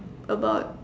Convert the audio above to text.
about